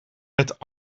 met